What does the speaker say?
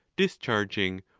discharging,